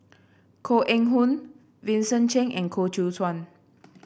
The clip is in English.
Koh Eng Hoon Vincent Cheng and Koh Seow Chuan